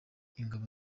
ingabo